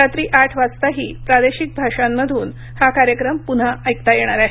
रात्री आठ वाजताही प्रादेशिक भाषांमधून हा कार्यक्रम पुन्हा ऐकता येणार आहे